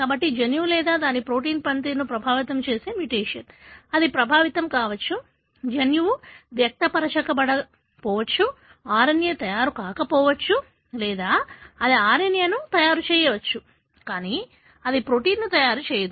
కాబట్టి జన్యువు లేదా దాని ప్రోటీన్ పనితీరును ప్రభావితం చేసే మ్యుటేషన్ అది ప్రభావితం కావచ్చు జన్యువు వ్యక్తపరచబడకపోవచ్చు RNA తయారు కాకపోవచ్చు లేదా అది RNA ను తయారు చేయవచ్చు కానీ అది ప్రోటీన్ను తయారు చేయదు